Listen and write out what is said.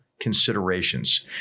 considerations